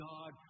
God